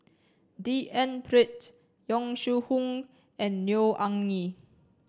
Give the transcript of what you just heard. D N Pritt Yong Shu Hoong and Neo Anngee